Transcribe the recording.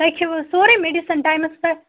تۄہہ کھیوٕ حظ سورُے میڈسن ٹایمس پٮ۪ٹھ